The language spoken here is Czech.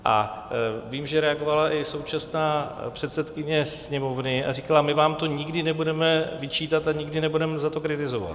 A vím, že reagovala i současná předsedkyně Sněmovny a říkala: my vám to nikdy nebudeme vyčítat a nikdy nebudeme za to kritizovat.